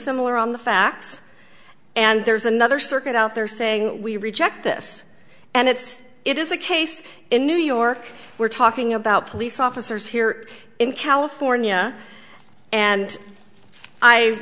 similar on the facts and there's another circuit out there saying we reject this and it's it is a case in new york we're talking about police officers here in california and i